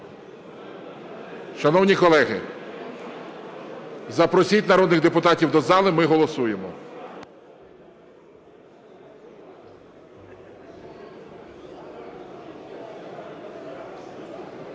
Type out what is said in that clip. Шановні колеги, запросіть народних депутатів до зали, ми голосуємо.